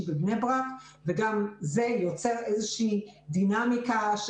בבני ברק וגם זה יוצר איזושהי דינמיקה,